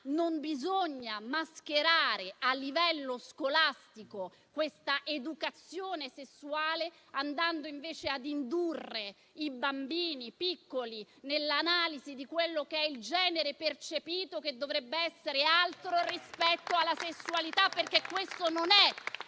non bisogna mascherare a livello scolastico l'educazione sessuale, andando invece ad indurre i bambini piccoli nell'analisi di quello che è il genere percepito, che dovrebbe essere altro rispetto alla sessualità. Questo non è